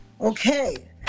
Okay